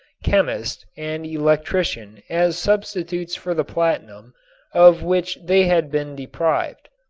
chemist and electrician as substitutes for the platinum of which they had been deprived.